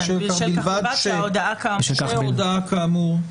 "בלבד שהודעה כאמור".